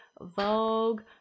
Vogue